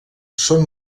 són